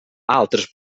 altres